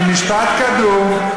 ממשפט קדום,